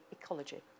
ecology